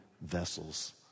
vessels